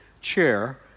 chair